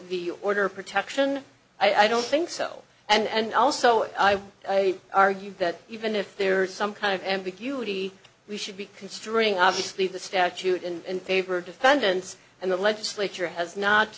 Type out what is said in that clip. the order protection i don't think so and also i argue that even if there is some kind of ambiguity we should be considering obviously the statute and paper defendants and the legislature has not